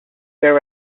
there